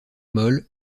molle